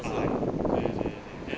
ah mm mm mm then